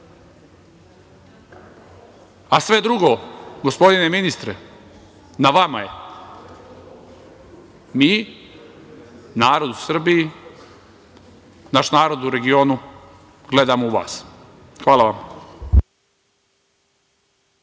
a sve drugo, gospodine ministre, na vama je. Mi, narod u Srbiji, naš narod u regionu, gledamo u vas. Hvala vam.